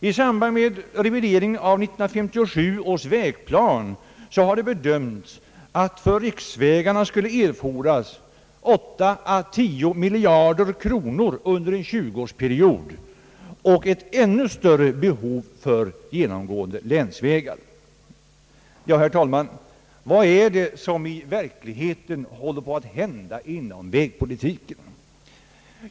I samband med revideringen av 1957 års vägplan har bedömts att för riksvägarna skulle erfordras 8—10 miljarder kronor under en tjugoårsperiod. Ett ännu större behov redovisas för genomgående länsvägar. Vad är det som i verkligheten håller på att hända inom vägpolitiken?